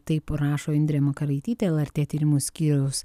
taip rašo indrė makaraitytė lrt tyrimų skyriaus